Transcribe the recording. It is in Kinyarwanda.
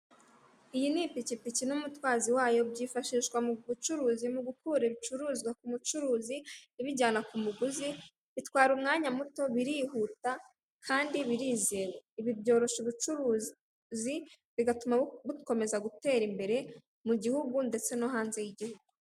Iyi ni ipikipiki n'umutwazi wayo byifashishwa mu bucuruzi mu gukura ibicuruzwa ku mucuruzi, ibijyana ku muguzi bitwara umwanya muto birihuta Kandi birizewe. Ibi byoroshya ubucuruzi bigatuma bukomeza gutera imbere mu gihugu ndetse no hanze y'igihugu.